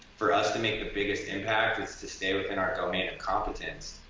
for us to make the biggest impact it's to stay within our domain of competence.